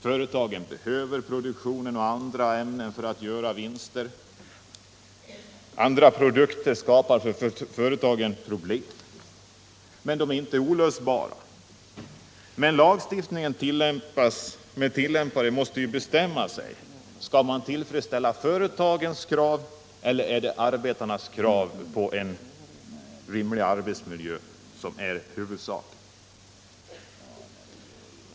Företagen behöver produkten och andra ämnen för att göra vinster. Andra produkter skapar problem för företagarna. De är emellertid inte olösbara. Lagstiftningens tillämpare måste bestämma sig: Skall man tillfredsställa företagens krav eller arbetarnas krav på en rimlig arbetsmiljö?